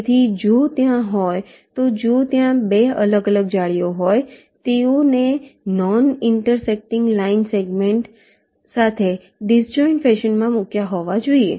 તેથી જો ત્યાં હોય તો જો ત્યાં 2 અલગ અલગ જાળી હોય તેઓને નોન ઇન્ટરસેકટિંગ લાઇન સેગમેન્ટ સાથે ડિસજોઇન્ટ ફેશનમાં મૂક્યા હોવા જોઈએ